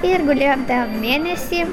ir gulėjom ten mėnesį